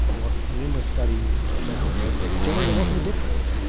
and what numerous studies found was that generally there wasn't a difference.